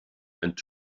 and